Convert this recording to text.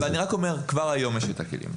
אני רק אומר, כבר היום יש את הכלים.